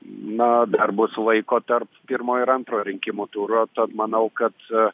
na dar bus laiko tarp pirmo ir antro rinkimų turo tad manau kad